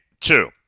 two